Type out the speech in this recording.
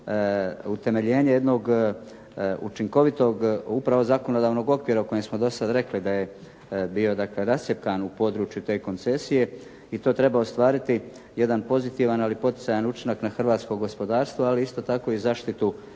utemeljenje jednog učinkovitog, upravo zakonodavnog okvira o kojem smo dosad rekli da je bio dakle rascjepkan u području te koncesije i to treba ostvariti jedan pozitivan, ali poticajan učinak na hrvatsko gospodarstvo, ali isto tako i zaštitu